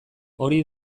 hori